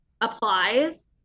applies